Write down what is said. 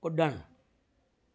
कुॾणु